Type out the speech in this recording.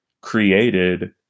created